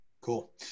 Cool